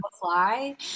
fly